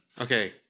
Okay